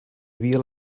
havia